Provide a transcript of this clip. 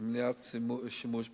ולמניעת שימוש בסמים.